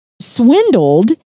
swindled